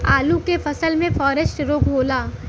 आलू के फसल मे फारेस्ट रोग होला?